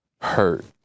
hurt